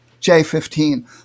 J15